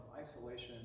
isolation